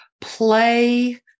play